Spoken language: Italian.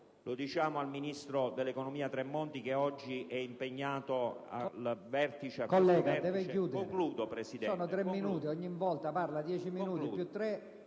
Lo diciamo al ministro dell'economia Tremonti, oggi impegnato al vertice...